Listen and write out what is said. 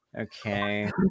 Okay